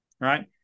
right